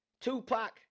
Tupac